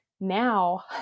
now